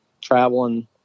traveling